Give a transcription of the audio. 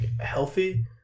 healthy